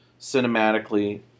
cinematically